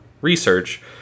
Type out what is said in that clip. research